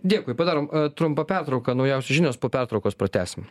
dėkui padarom trumpą pertrauką naujausios žinios po pertraukos pratęsim